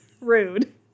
Rude